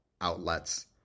outlets